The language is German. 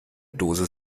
dose